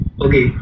Okay